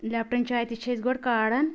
Lipton چاے تہِ چھِ أسۍ گۄڈٕ کاران